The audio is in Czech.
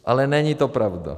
Ale není to pravda.